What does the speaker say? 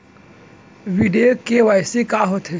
video KYC का होथे